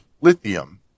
lithium